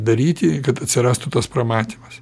daryti kad atsirastų tas pramatymas